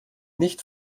nicht